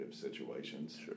situations